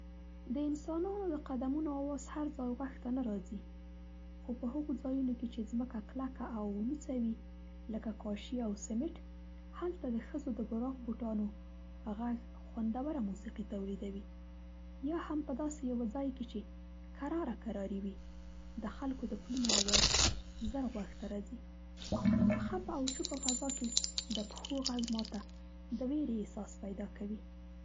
د انسانانو د قدمونو آواز هر ځای غوږ ته نه راځي، خو په هغو ځایونو کې چې ځمکه کله او لوڅه وي لکه کاشي او سمټ هلته د ښځو د براق بوټانو غږ خوندوره موسیقي تولیدوي. یا هم په داسې یوه ځای کې چې کراره کراري وي د خلکو د پلونو آواز زر غوږ ته راځي. په خپه او چپه فضا کې د پښو غږ ماته د وېرې احساس پیدا کوي.